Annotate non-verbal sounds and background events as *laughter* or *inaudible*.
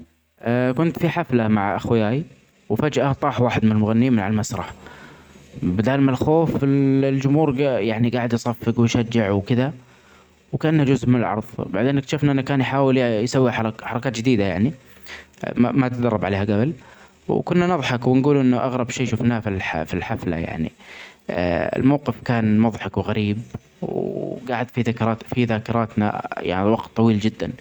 اا كنت في حفله مع اخواي ,وفاجأة طاح واحد من المغنيين من علي المسرح ,بدال من الخوف ال *hesitation* الجمهور *hesitation* جاعد يصفق ويشجع وكده ,وكان جزء من *unintelligible* بعدين اكتشفنا انه كان يحاول ي-يسوي حرك-حركات جديده يعني *hesitation* ما تدرب عليها دول وكنا نضحك ونقول أنه أغرب شئ شفناه في الح-في الحفله يعني. *hesitation* الموقف كان مضحك وغريب. و *hesitation* وقاعد في ذكر-في ذاكراتنا يعني وقت طويل جدا.